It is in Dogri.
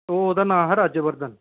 ओह् ओह्दा नांऽ हा राज्यवर्धन